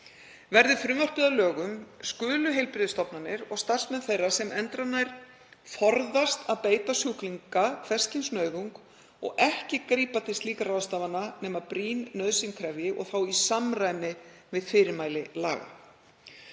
Verði frumvarpið að lögum skulu heilbrigðisstofnanir og starfsmenn þeirra sem endranær forðast að beita sjúklinga hvers kyns nauðung og ekki grípa til slíkra ráðstafana nema brýn nauðsyn krefji og þá í samræmi við fyrirmæli laga.